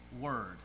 word